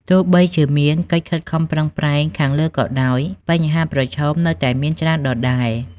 ទោះបីជាមានកិច្ចខិតខំប្រឹងប្រែងខាងលើក៏ដោយ បញ្ហាប្រឈមនៅតែមានច្រើនដដែល។